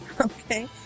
Okay